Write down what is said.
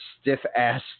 stiff-ass